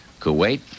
Kuwait